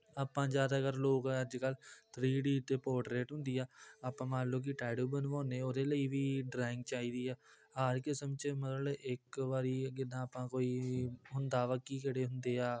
ਆਪਾਂ ਜ਼ਿਆਦਾਤਰ ਲੋਕ ਅੱਜ ਕੱਲ੍ਹ ਡੀ ਅਤੇ ਪੋਟਰੇਟ ਹੁੰਦੀ ਆ ਆਪਾਂ ਮੰਨ ਲਉ ਕਿ ਟੈਟੂ ਬਣਵਾਉਂਦੇ ਹਾਂ ਉਹਦੇ ਲਈ ਵੀ ਡਰਾਇੰਗ ਚਾਹੀਦੀ ਆ ਮਤਲਬ ਇੱਕ ਵਾਰੀ ਜਿੱਦਾਂ ਆਪਾਂ ਕੋਈ ਵੀ ਹੁੰਦਾ ਵਾ ਕਿ ਕਿਹੜੇ ਹੁੰਦੇ ਆ